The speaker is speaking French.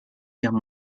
guerre